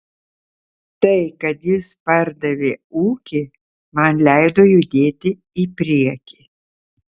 tai kad jis pardavė ūkį man leido judėti į priekį